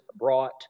brought